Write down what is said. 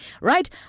right